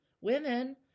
women